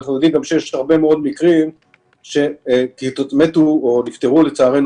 אנחנו יודעים שיש הרבה מאוד מקרים שמתו או נפטרו לצערנו